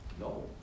No